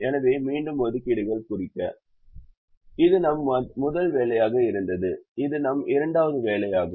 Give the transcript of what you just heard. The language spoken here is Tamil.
எனவே மீண்டும் ஒதுக்கீடுகள் குறிக்க இது நம் முதல் வேலையாக இருந்தது இது நம் இரண்டாவது வேலையாகும்